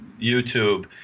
YouTube